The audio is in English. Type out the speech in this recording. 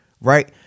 right